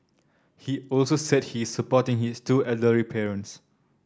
he also said he is supporting his two elderly parents